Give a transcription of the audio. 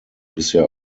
bisher